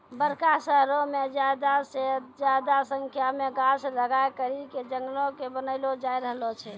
बड़का शहरो मे ज्यादा से ज्यादा संख्या मे गाछ लगाय करि के जंगलो के बनैलो जाय रहलो छै